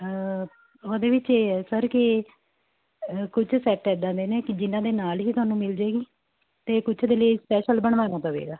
ਉਹਦੇ ਵਿੱਚ ਇਹ ਹੈ ਸਰ ਕਿ ਕੁਝ ਸੈੱਟ ਇੱਦਾਂ ਦੇ ਨੇ ਕਿ ਜਿਹਨਾਂ ਦੇ ਨਾਲ ਹੀ ਤੁਹਾਨੂੰ ਮਿਲ ਜਾਏਗੀ ਅਤੇ ਕੁਝ ਦੇ ਲਈ ਸਪੈਸ਼ਲ ਬਣਵਾਉਣਾ ਪਵੇਗਾ